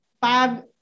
five